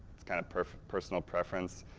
its kind of personal preference,